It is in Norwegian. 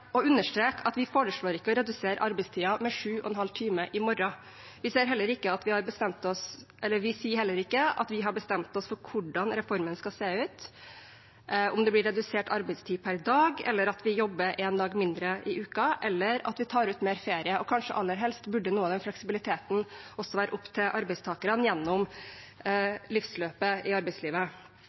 å understreke at vi ikke foreslår å redusere arbeidstiden med 7,5 timer i morgen. Vi sier heller ikke at vi har bestemt oss for hvordan reformen skal se ut – om det blir redusert arbeidstid per dag, eller at vi jobber én dag mindre i uka, eller at vi tar ut mer ferie. Og kanskje aller helst burde noe av den fleksibiliteten også være opp til arbeidstakerne gjennom livsløpet i arbeidslivet.